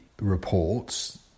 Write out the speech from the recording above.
reports